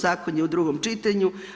Zakon je u drugom čitanju.